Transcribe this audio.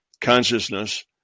consciousness